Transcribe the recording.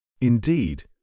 Indeed